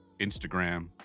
Instagram